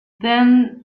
then